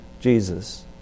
Jesus